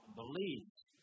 beliefs